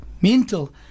mental